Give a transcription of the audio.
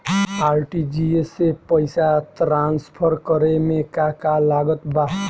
RTGS से पईसा transfer करे मे का का लागत बा?